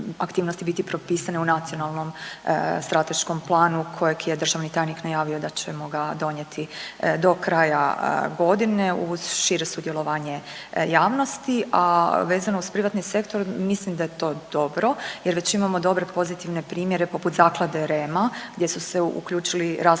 biti propisane u Nacionalnom strateškom planu kojeg je državni tajnik najavio da ćemo ga donijeti do kraja godine uz šire sudjelovanje javnosti, a vezano uz privatni sektor mislim da je to dobro jer već imamo dobre pozitivne primjere poput Zaklade Rema gdje su se uključili različiti